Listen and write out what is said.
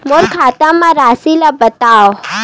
मोर खाता म राशि ल बताओ?